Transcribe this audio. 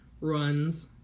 runs